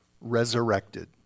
resurrected